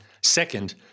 Second